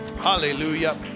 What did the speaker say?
Hallelujah